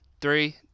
Three